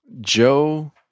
joe